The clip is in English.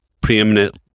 preeminent